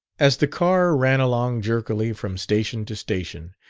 as the car ran along jerkily from station to station,